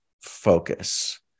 focus